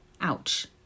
Ouch